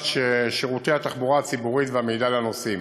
שירותי התחבורה הציבורית והמידע לנוסעים.